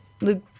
Luke